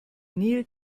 nil